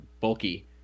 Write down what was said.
bulky